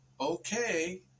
okay